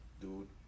Dude